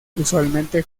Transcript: usualmente